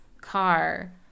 car